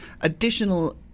additional